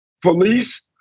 Police